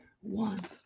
One